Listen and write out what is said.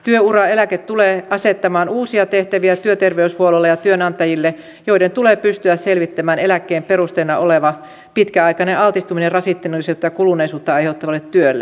työuraeläke tulee asettamaan uusia tehtäviä työterveyshuollolle ja työnantajille joiden tulee pystyä selvittämään eläkkeen perusteena oleva pitkäaikainen altistuminen rasittuneisuutta ja kuluneisuutta aiheuttavalle työlle